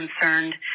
concerned